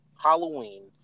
Halloween